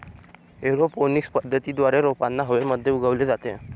aeroponics पद्धतीद्वारे रोपांना हवेमध्ये उगवले जाते